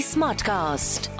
Smartcast